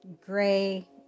gray